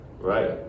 right